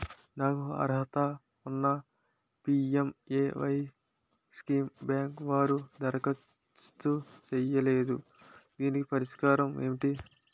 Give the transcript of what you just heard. నాకు అర్హత ఉన్నా పి.ఎం.ఎ.వై స్కీమ్ బ్యాంకు వారు దరఖాస్తు చేయలేదు దీనికి పరిష్కారం ఏమిటి?